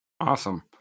Awesome